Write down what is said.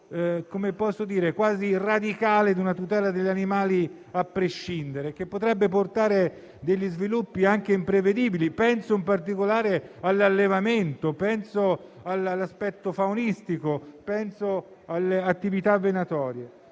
quel principio quasi radicale di una tutela degli animali a prescindere, che potrebbe portare a sviluppi imprevedibili. Penso in particolare all'allevamento, all'aspetto faunistico e alle attività venatorie.